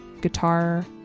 guitar